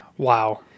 wow